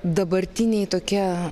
dabartiniai tokie